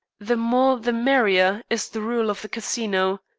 the more, the merrier, is the rule of the casino.